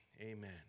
Amen